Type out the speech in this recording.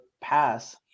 pass